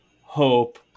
hope